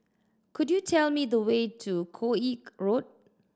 could you tell me the way to Koek Road